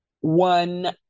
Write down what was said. one